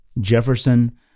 Jefferson